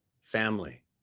family